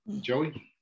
Joey